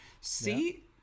See